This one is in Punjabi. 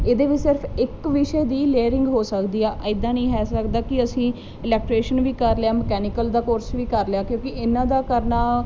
ਇਹਦੇ ਵਿੱਚ ਸਿਰਫ ਇੱਕ ਵਿਸ਼ੇ ਦੀ ਲੇਅਰਿੰਗ ਹੋ ਸਕਦੀ ਆ ਇੱਦਾਂ ਨਹੀਂ ਹੈ ਸਕਦਾ ਕਿ ਅਸੀਂ ਇਲੈਟਰੇਸ਼ਨ ਵੀ ਕਰ ਲਿਆ ਮਕੈਨਿਕਲ ਦਾ ਕੋਰਸ ਵੀ ਕਰ ਲਿਆ ਕਿਉਂਕਿ ਇਹਨਾਂ ਦਾ ਕਰਨਾ